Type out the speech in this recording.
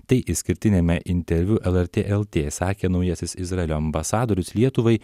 tai išskirtiniame interviu lrt lt sakė naujasis izraelio ambasadorius lietuvai